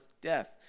death